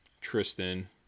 Tristan